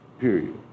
Period